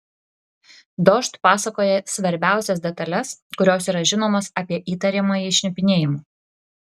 dožd pasakoja svarbiausias detales kurios yra žinomos apie įtariamąjį šnipinėjimu